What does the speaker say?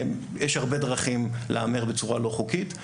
יש הרבה דרכים להמר בצורה לא חוקית.